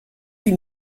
huit